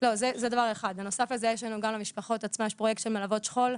בנוסף לזה למשפחות יש פרויקט של מלוות שכול,